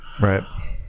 Right